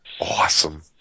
awesome